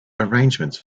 arrangements